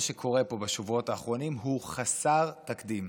שקורה פה בשבועות האחרונים הוא חסר תקדים.